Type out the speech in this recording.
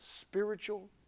spiritual